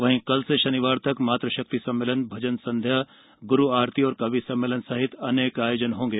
वही कल से शनिवार तक मातृशक्ति सम्मेलन भजन संध्या गुरु आरती कवि सम्मेलन सहित अनेक आयोजन होंगे